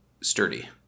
sturdy